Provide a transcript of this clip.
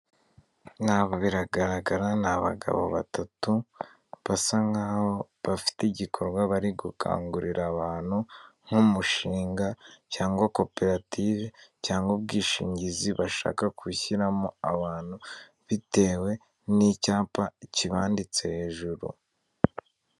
Biragaragara ni abagabo batatu basa nkaho bafite igikorwa bari gukangurira abantu, nk'umushinga cyangwa koperative cyangwa ubwishingizi bashaka gushyiramo abantu, bitewe n'icyapa kibanditse hejuru.